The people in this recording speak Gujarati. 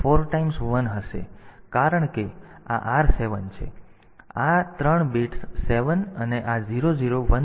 તેથી તે રીતે આ 3 બિટ્સ 7 અને આ 00101 ને અનુરૂપ હશે